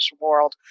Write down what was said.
world